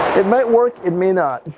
it might work, it may not.